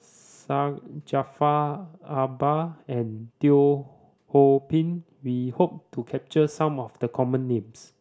Syed Jaafar Albar and Teo Ho Pin we hope to capture some of the common names